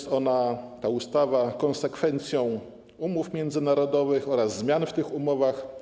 Ta ustawa jest konsekwencją umów międzynarodowych oraz zmian w tych umowach.